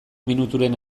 minuturen